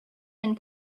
and